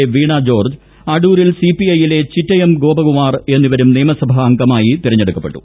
A Veena George അടൂരിൽ സിപിഐയിലെ ചിറ്റയം ഗോപകുമാർ എന്നിവരും നിയമസഭാംഗമായി തെരഞ്ഞെടു ക്കപ്പെട്ടു